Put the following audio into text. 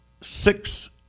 six